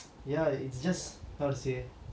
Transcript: ya it's just how to say